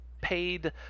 paid